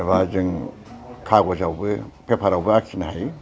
एबा जों खागजावबो फेफारावबो आखिनो हायो